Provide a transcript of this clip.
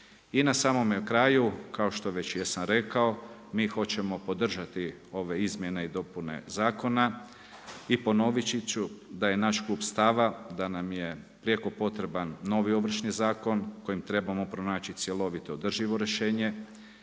I na samome kraju, kao što sam već rekao mi hoćemo podržati ove izmjene i dopune zakona i ponoviti ću da je naš klub stava da nam je prijeko potreban novi Ovršni zakon kojim trebamo pronaći cjelovito i održivo rješenje,